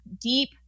deep